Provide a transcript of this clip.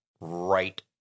right